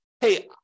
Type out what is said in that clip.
hey